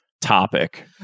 topic